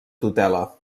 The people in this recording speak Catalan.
tutela